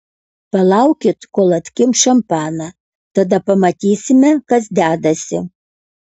palaukit kol atkimš šampaną tada pamatysime kas dedasi